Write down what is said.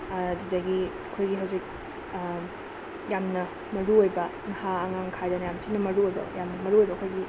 ꯑꯗꯨꯗꯒꯤ ꯑꯩꯈꯣꯏꯒꯤ ꯍꯧꯖꯤꯛ ꯌꯥꯝꯅ ꯃꯔꯨꯑꯣꯏꯕ ꯅꯍꯥ ꯑꯉꯥꯡ ꯈꯥꯏꯗꯅ ꯌꯥꯝ ꯊꯤꯅ ꯃꯔꯨ ꯑꯣꯏꯕ ꯌꯥꯝꯅ ꯃꯔꯨ ꯑꯣꯏꯕ ꯑꯩꯈꯣꯏꯒꯤ